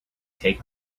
take